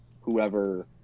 whoever